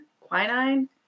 Quinine